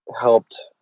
helped